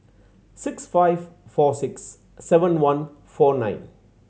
six five four six seven one four nine